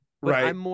Right